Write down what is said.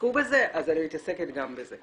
תתעסקו בזה", אז אני מתעסקת גם בזה.